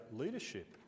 leadership